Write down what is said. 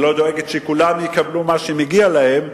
ולא דואגת שכולם יקבלו מה שמגיע להם,